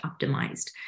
optimized